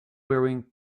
wearing